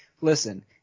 Listen